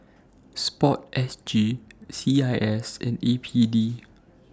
Sport S G C I S and A P D